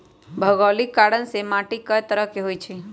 भोगोलिक कारण से माटी कए तरह के होई छई